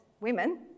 women